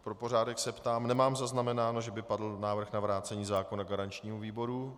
Pro pořádek se ptám, nemám zaznamenáno, že by padl návrh na vrácení zákona garančnímu výboru.